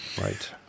Right